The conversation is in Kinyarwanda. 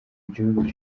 gihugu